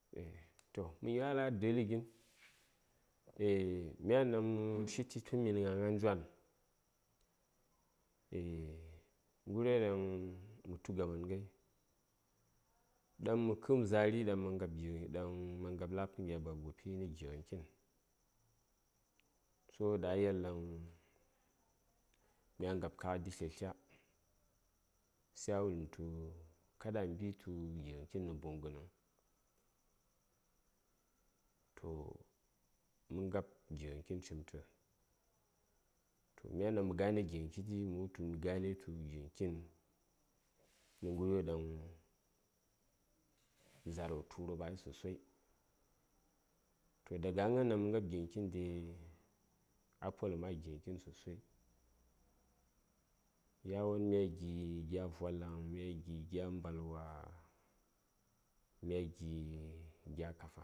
to myan a dəli gin myan ɗan mə shiti tun ɗan minə gnagna djwan gha'ryo ɗaŋ mə tu gaman ghai daŋ mə kəm za:ri ɗan, a ngab la:bkən gya baba gəti nə gighən kitn so ɗaŋ a yel daŋ mya ngab kakɗi tlyatlya sai wuləm tu kaɗa mə mbi tu gighən kitn nə buŋgənəŋ toh mə ngab gighən kitn cimtə toh myan ɗaŋ mə gane gighən kiti mə wultu mə gane tu gighən kitn nə ghəryo ɗaŋ za:r wo tu wurɓa ghai sosai toh daga a gna:n ɗaŋ mə ngab gighən kitn dai a poləm a gighən kitn sosai yawon mya gi: gya vwalaŋ mya gi: gya mbalwa mya gi: gya kafa